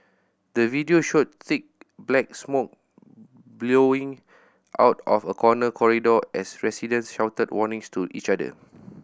the video showed thick black smoke billowing out of a corner corridor as residents shouted warnings to each other